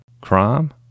crime